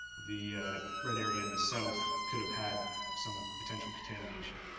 the red area in the south could have had some potential contamination.